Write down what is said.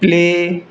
play